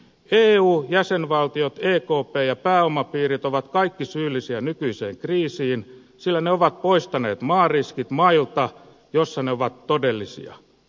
eu jäsenvaltiot ekp ja pääomapiirit ovat kaikki syyllisiä nykyiseen kriisin sillä ne ovat poistaneet maariskit mailta joissa ne ovat todellisia